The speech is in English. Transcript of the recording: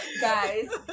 Guys